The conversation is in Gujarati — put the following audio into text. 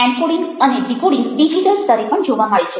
એનકોડિંગ અને ડીકોડિંગ ડિજિટલ સ્તરે પણ જોવા મળે છે